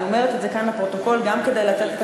אני אומרת את זה כאן לפרוטוקול גם כדי לתת את